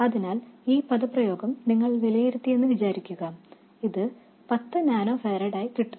അതിനാൽ ഈ എക്സ്പ്രെഷൻ നിങ്ങൾ വിലയിരുത്തിയെന്ന് വിചാരിക്കുക ഇത് 10 നാനോ ഫാരഡ് ആയി കിട്ടുന്നു